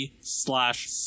slash